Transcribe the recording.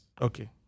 Okay